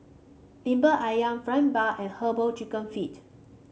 lemper ayam fried bun and herbal chicken feet